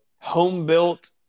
home-built